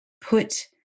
put